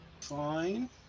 fine